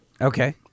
Okay